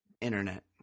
Internet